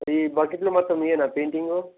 అది బకెట్లు మొత్తం మీవేనా పెయింటింగు